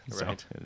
Right